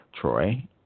Troy